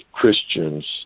Christians